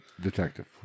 detective